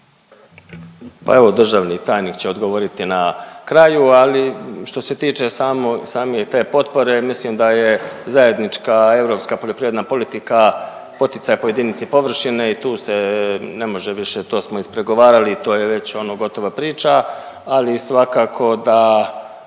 Pa evo, državni tajniče odgovoriti na kraju. Ali što se tiče same te potpore mislim da je zajednička europska poljoprivredna politika poticaj po jedinici površine i tu se ne može više. To smo ispregovarali i to je već ono gotova priča, ali svakako da